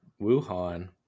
Wuhan